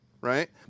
Right